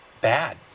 bad